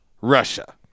Russia